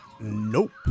Nope